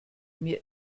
mir